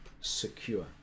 secure